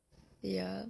ya